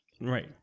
Right